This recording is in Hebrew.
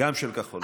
גם של כחול לבן.